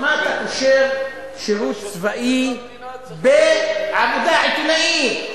מה אתה קושר שירות צבאי לעבודה עיתונאית?